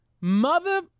mother